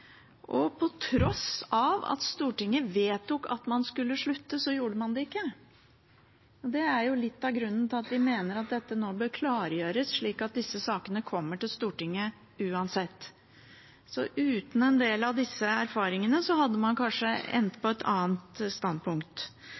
og til tross for at Stortinget vedtok at man skulle slutte, gjorde man det ikke. Det er litt av grunnen til at vi mener at dette nå bør klargjøres, slik at disse sakene kommer til Stortinget uansett. Så uten en del av disse erfaringene hadde man kanskje endt på et annet standpunkt.